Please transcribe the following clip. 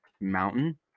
Mountain